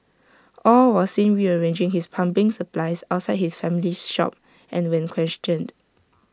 aw was seen rearranging his plumbing supplies outside his family's shop and when questioned